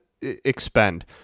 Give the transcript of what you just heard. expend